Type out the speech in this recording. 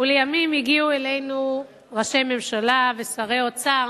ולימים הגיעו אלינו ראשי ממשלה ושרי אוצר